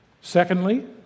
Secondly